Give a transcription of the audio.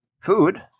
food